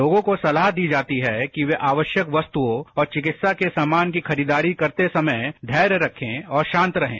लोगों को सलाह दी जाती है कि वे आवश्यक वस्तुओं और चिकित्सा के सामान की खरीददारी करते समय धैर्य रखें और शांत रहें